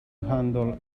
handle